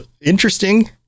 interesting